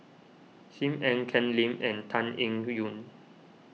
Sim Ann Ken Lim and Tan Eng Yoon